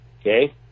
okay